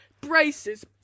Braces